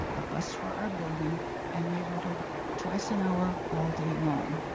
a bus for our building and neighborhood twice an hour all day long.